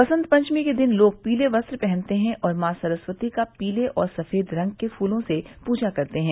वसंत पंचमी के दिन लोग पीले वस्त्र पहनते हैं और मॉ सरस्वती का पीले और सफेद रंग के फूलों से पूजा करते हैं